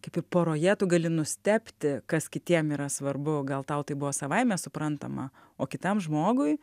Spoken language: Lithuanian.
kaip ir poroje tu gali nustebti kas kitiem yra svarbu gal tau tai buvo savaime suprantama o kitam žmogui